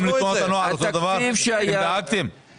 אני מבקש שיפתרו את הבעיה, תפתרו את זה.